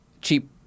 cheap